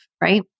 right